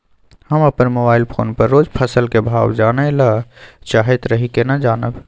हम अपन mobile phone पर रोज फसल के भाव जानय ल चाहैत रही केना जानब?